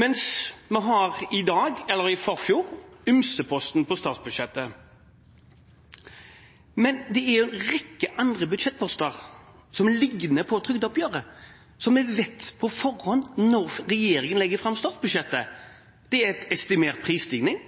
mens vi har i dag – eller i forfjor – ymseposten på statsbudsjettet. Men det er en rekke andre budsjettposter som ligner på trygdeoppgjøret, som vi vet på forhånd når regjeringen legger fram statsbudsjettet. Det er estimert prisstigning, og